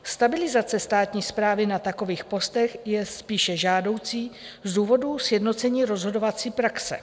Stabilizace státní správy na takových postech je spíše žádoucí z důvodů sjednocení rozhodovací praxe.